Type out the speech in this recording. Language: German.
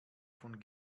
von